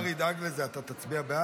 אם השר ידאג לזה, אתה תצביע בעד?